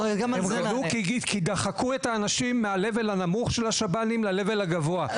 הם גדלו כי דחקו את האנשים מה-level הנמוך של השב"נים ל-level הגבוה,